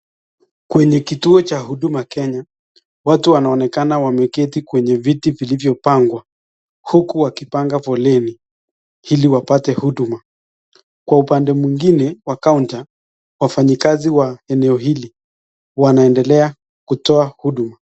Kwenye kituo cha Huduma Kenya watu wanaonekana wameketi kwenye viti vilivyopangwa uku wakipanga foleni ili wapate huduma. Kwa upande mwingine wa kaunta, wafanyikazi wa eneo hili wanaendelea kutoa huduma.